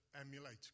emulate